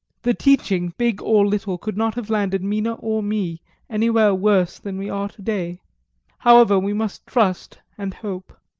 the teaching, big or little, could not have landed mina or me anywhere worse than we are to-day. however, we must trust and hope.